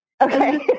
okay